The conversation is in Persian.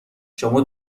شما